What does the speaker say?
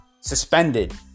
suspended